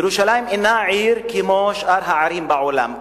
ירושלים אינה עיר כמו שאר הערים בעולם.